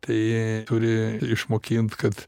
tai turi ir išmokint kad